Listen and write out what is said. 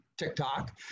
TikTok